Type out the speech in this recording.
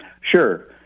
Sure